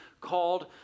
called